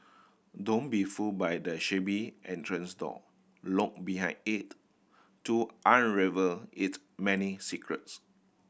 don't be fooled by the shabby entrance door look behind it to unravel its many secrets